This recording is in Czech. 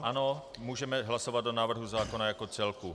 Ano, můžeme hlasovat o návrhu zákona jako celku.